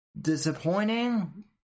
disappointing